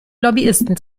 lobbyisten